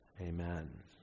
Amen